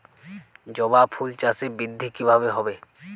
জবা ফুল চাষে বৃদ্ধি কিভাবে হবে?